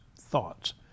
thoughts